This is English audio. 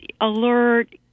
alert